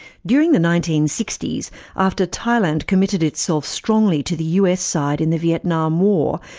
during the nineteen sixty s after thailand committed itself strongly to the us side in the vietnam war,